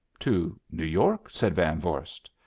to new york, said van vorst.